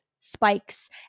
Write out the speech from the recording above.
Spike's